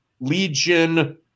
Legion